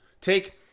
Take